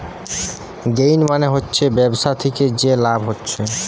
gain মানে হচ্ছে ব্যবসা থিকে যে লাভ হচ্ছে